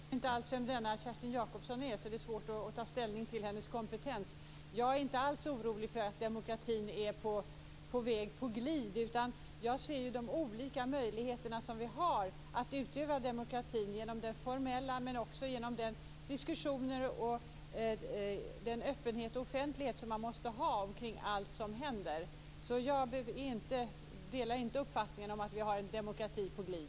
Fru talman! Jag vet inte alls vem denna Kerstin Jacobsson är, så det är svårt att ta ställning till hennes kompetens. Jag är inte alls orolig för att demokratin är på glid. Jag ser de olika möjligheter vi har att utöva demokratin på formellt sätt men också genom de diskussioner, den öppenhet och offentlighet som man måste ha kring allt som händer, så jag delar inte uppfattningen att vi har en demokrati på glid.